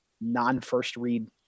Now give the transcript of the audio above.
non-first-read